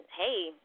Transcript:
hey –